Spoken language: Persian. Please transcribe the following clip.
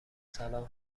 سلام